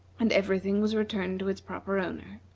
and every thing was returned to its proper owner.